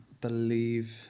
believe